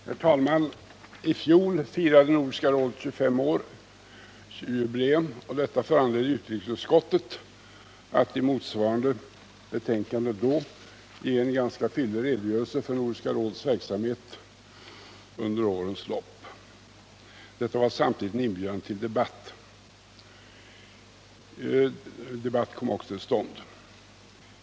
Herr talman! I fjol firade Nordiska rådet 25-årsjubileum. Detta föranledde utrikesutskottet att i motsvarande betänkande då ge en ganska fyllig redogörelse för Nordiska rådets verksamhet under årens lopp. Detta var samtidigt en inbjudan till debatt, och en sådan kom också till stånd.